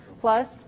plus